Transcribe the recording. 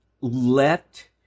let